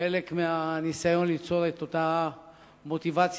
כחלק מהניסיון ליצור את אותה מוטיבציה